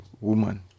woman